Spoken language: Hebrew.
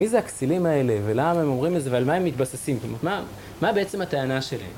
מי זה הכסילים האלה? ולמה הם אומרים את זה? ועל מה הם מתבססים? מה, בעצם, הטענה שלהם?